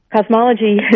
cosmology